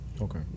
okay